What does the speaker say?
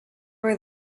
were